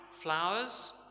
flowers